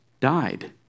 Died